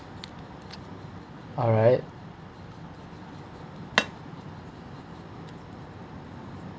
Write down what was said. alright